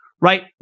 right